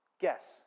Guess